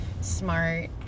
smart